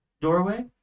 doorway